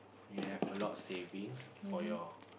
you have a lot savings for your